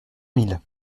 mille